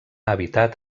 habitat